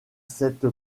cette